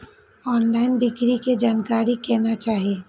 Online बिक्री के जानकारी केना चाही?